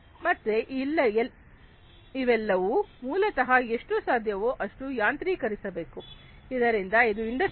ಮತ್ತೆ ಇವೆಲ್ಲವೂ ಮೂಲತಃ ಎಷ್ಟು ಸಾಧ್ಯವೋ ಅಷ್ಟು ಯಾಂತ್ರಿಕರಿಸಬೇಕು ಇದರಿಂದ ಇದು ಇಂಡಸ್ಟ್ರಿ4